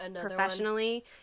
professionally